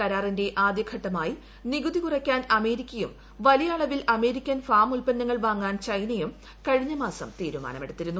കരാറിന്റെ ആദ്യ ഘട്ടമായി നികുതി കുറയ്ക്കാൻ അമേരിക്കയും വലിയ അളവിൽ അമേരിക്കൻ ഫാം ഉത്പന്നങ്ങൾ വാങ്ങാൻ ചൈനയും കഴിഞ്ഞ മാസം തീരുമാനമെടുത്തിരുന്നു